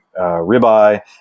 ribeye